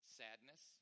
sadness